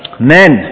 men